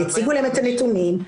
יציגו להם את הנתונים,